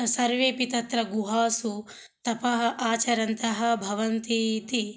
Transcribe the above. सर्वेपि तत्र गुहासु तपः आचरन्तः भवन्ति इति